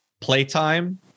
playtime